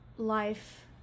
life